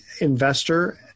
Investor